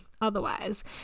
Otherwise